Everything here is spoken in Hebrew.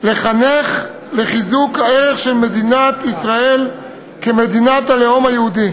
"לחנך לחיזוק הערך של מדינת ישראל כמדינת הלאום היהודי",